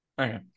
Okay